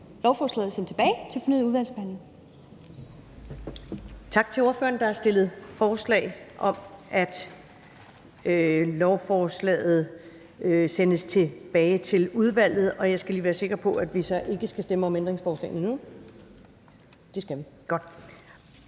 lovforslaget sendt tilbage til fornyet udvalgsbehandling.